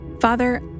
Father